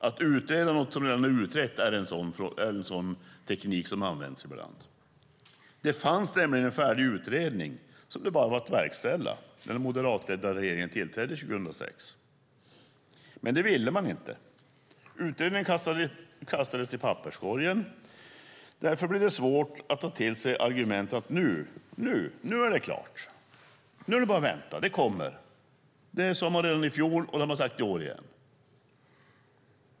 Att utreda något som redan är utrett är en sådan teknik. Det fanns nämligen en färdig utredning som det bara var att verkställa när den moderatledda regeringen tillträdde 2006. Men det ville man inte. Utredningen kastades i papperskorgen. Därför blir det svårt att ta till sig argumentet att utredningen nu är klar. Nu är det bara att vänta. Den kommer. Det sade man redan i fjol, och det har man sagt i år igen.